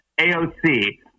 AOC